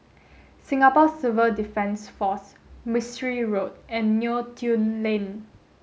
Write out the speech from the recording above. Singapore Civil Defence Force Mistri Road and Neo Tiew Lane